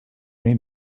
need